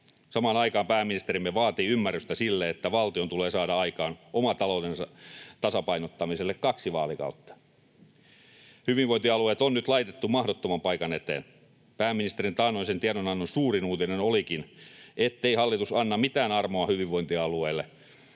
Samaan aikaan pääministerimme vaatii ymmärrystä sille, että valtion tulee saada aikaa oman taloutensa tasapainottamiselle kaksi vaalikautta. Hyvinvointialueet on nyt laitettu mahdottoman paikan eteen. Pääministerin taannoisen tiedonannon suurin uutinen olikin, ettei hallitus anna mitään armoa hyvinvointialueille.